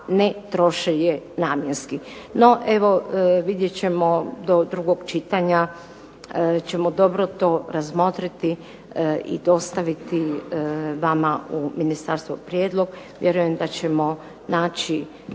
ne troše je namjenski. No evo vidjet ćemo do drugog čitanja ćemo dobro to razmotriti i dostaviti vama u ministarstvo prijedlog. Vjerujem da ćemo naći